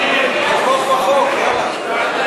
(קוראת בשמות חברי